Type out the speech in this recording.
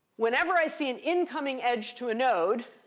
whenever i see an incoming edge to a node,